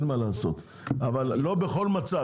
לא בכל מצב.